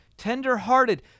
tenderhearted